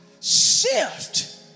shift